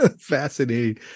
Fascinating